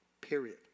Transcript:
period